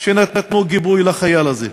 שנתנו גיבוי לחייל הזה.